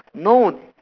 no